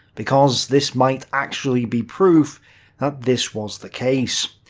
because this might actually be proof that this was the case.